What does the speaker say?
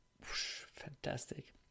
fantastic